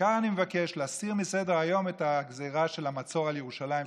בעיקר אני מבקש להסיר מסדר-היום את הגזרה של המצור על ירושלים,